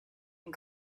and